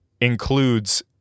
includes